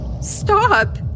Stop